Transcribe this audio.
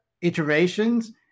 iterations